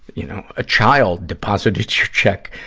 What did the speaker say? you know, a child deposited a check.